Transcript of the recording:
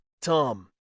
tom